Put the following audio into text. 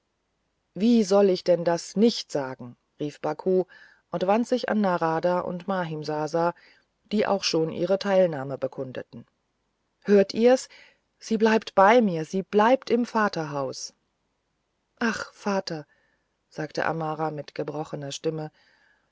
wie sollte ich denn das nicht sagen rief baku und wandte sich an narada und mahimsasa die auch schon ihre teilnahme bekundeten hört ihr's sie bleibt bei uns sie bleibt im vaterhaus ach vater sagte amara mit gebrochener stimme